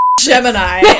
Gemini